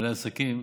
לבעלי העסקים,